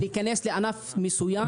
-- להיכנס לענף מסוים.